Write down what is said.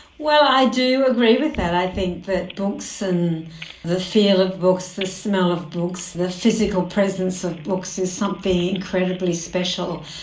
well, i do agree with that, i think books and the feel of books, the smell of books, the physical presence of books is something incredibly special.